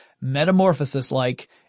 Metamorphosis-like